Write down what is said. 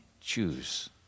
choose